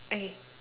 okay